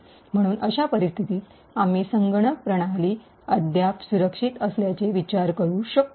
म्हणून अशा परिस्थितीत आम्ही संगणक प्रणाली अद्याप सुरक्षित असल्याचे विचार करू शकतो